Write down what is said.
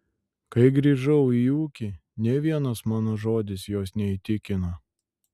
kai grįžau į ūkį nė vienas mano žodis jos neįtikino